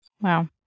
Wow